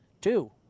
two